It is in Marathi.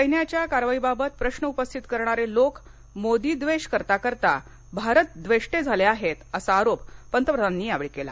सैन्याच्या कारवाईबाबत प्रश्र उपस्थित करणारे लोक मोदी द्वेष करता करता भारतद्वेष्टे झाले आहेत असा आरोप पंतप्रधानांनी केला